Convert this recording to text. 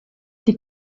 die